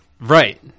Right